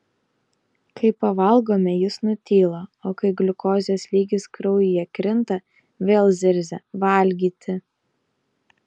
kai pavalgome jis nutyla o kai gliukozės lygis kraujyje krinta vėl zirzia valgyti